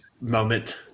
moment